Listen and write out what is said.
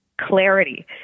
clarity